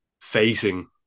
facing